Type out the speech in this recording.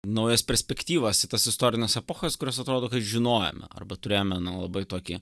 naujas perspektyvas į tas istorines epochas kurios atrodo žinojome arba turėjome na labai tokį